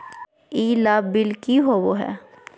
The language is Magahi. ई लाभ बिल की होबो हैं?